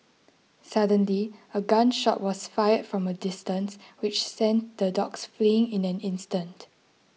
suddenly a gun shot was fired from a distance which sent the dogs fleeing in an instant